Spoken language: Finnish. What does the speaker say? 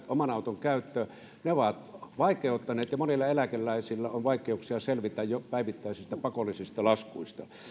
oman auton käyttö ovat vaikeutuneet ja monilla eläkeläisillä on vaikeuksia selvitä jo päivittäisistä pakollisista laskuista